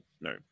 no